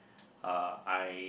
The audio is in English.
uh I